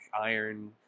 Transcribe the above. iron